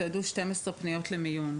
תועדו כ-12 פניות למיון.